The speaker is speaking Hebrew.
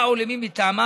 לה או למי מטעמה,